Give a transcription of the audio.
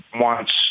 wants